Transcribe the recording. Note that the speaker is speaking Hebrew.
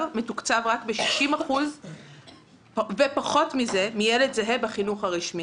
מתוקצב רק בפחות מ-60% מילד זהה בחינוך הרשמי.